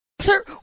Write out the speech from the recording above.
Sir